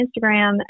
Instagram